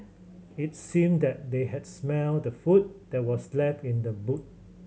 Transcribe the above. it seemed that they had smelt the food that was left in the boot